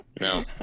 No